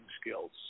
skills